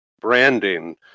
branding